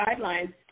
guidelines